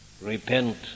repent